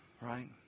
right